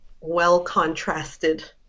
well-contrasted